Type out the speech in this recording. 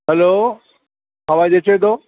hello आवाज़ अचे थो